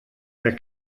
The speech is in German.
der